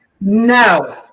no